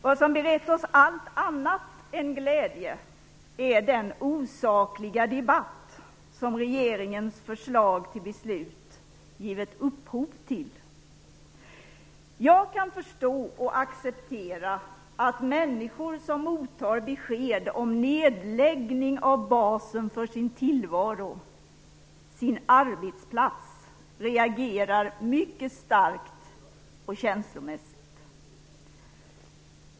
Vad som berett oss allt annat än glädje, är den osakliga debatt som regeringens förslag till beslut givit upphov till. Jag kan förstå och acceptera att människor som mottar besked om nedläggning av basen för deras tillvaro, arbetsplatsen, regerar mycket starkt och känslomässigt.